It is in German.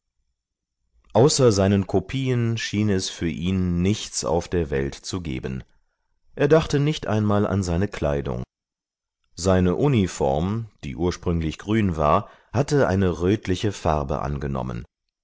außer seinen kopien schien es für ihn nichts auf der welt zu geben er dachte nicht einmal an seine kleidung seine uniform die ursprünglich grün war hatte eine rötliche farbe angenommen